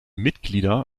mitglieder